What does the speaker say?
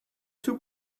two